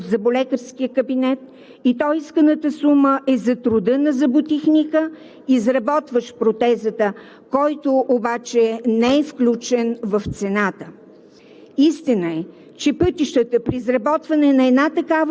Истина е, че пациентът доплаща в зъболекарския кабинет, а исканата сума е за труда на зъботехника, изработващ протезата, който обаче не е включен в цената.